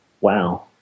Wow